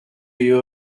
you